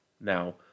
Now